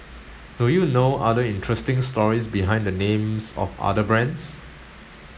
do you know other interesting stories behind the names of other brands